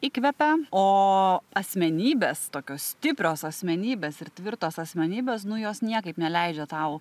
įkvepia o asmenybės tokios stiprios asmenybės ir tvirtos asmenybės nu jos niekaip neleidžia tau